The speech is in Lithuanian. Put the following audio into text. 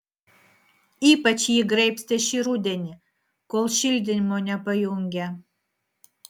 ypač jį graibstė šį rudenį kol šildymo nepajungė